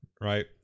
right